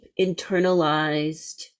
internalized